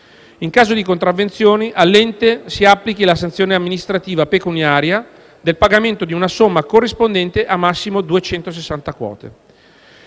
in caso di contravvenzioni, all'ente si applichi la sanzione amministrativa pecuniaria del pagamento di una somma corrispondente a massimo 260 quote.